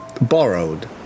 borrowed